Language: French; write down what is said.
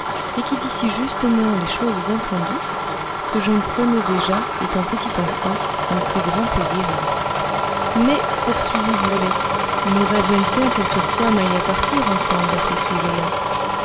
et qui dit si justement les choses entendues que je prenais déjà étant petit enfant mon plus grand plaisir à l'écouter mais poursuivit brulette nous avions bien quelquefois maille à partir ensemble à ce sujet là